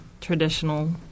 traditional